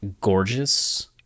Gorgeous